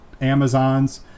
Amazon's